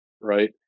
right